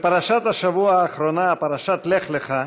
בפרשת השבוע האחרונה, פרשת לך לך,